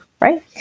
right